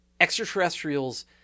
extraterrestrials